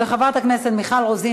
חברת הכנסת מיכל רוזין,